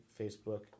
Facebook